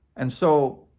and so,